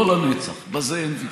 לא לנצח, בזה אין ויכוח.